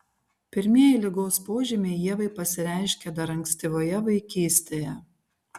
pirmieji ligos požymiai ievai pasireiškė dar ankstyvoje vaikystėje